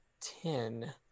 ten